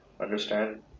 understand